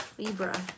Libra